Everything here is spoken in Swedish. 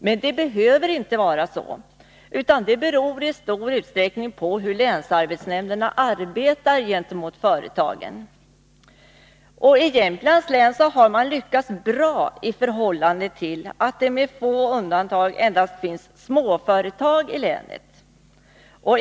Det behöver emellertid inte vara så, utan det beror i stor utsträckning på hur länsarbetsnämnderna arbetar gentemot företagen. I Jämtlands län har man lyckats bra i förhållande till att det med få undantag endast finns småföretag i länet.